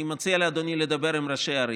אני מציע לאדוני לדבר עם ראשי ערים,